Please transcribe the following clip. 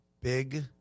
big